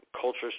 cultures